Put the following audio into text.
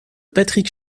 patrick